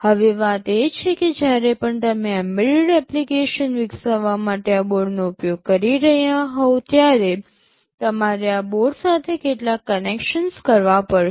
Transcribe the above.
હવે વાત એ છે કે જ્યારે પણ તમે એમ્બેડેડ એપ્લિકેશન વિકસાવવા માટે આ બોર્ડનો ઉપયોગ કરી રહ્યા હોવ ત્યારે તમારે આ બોર્ડ સાથે કેટલાક કનેક્શન્સ કરવા પડશે